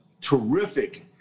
terrific